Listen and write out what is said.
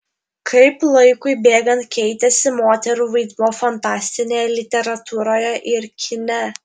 kaip laikui bėgant keitėsi moterų vaidmuo fantastinėje literatūroje ir kine